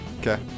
Okay